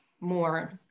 more